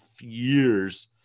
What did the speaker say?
years